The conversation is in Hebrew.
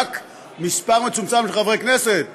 רק מספר מצומצם של חברי כנסת לא?